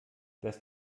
dass